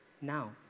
now